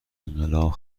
انقلاب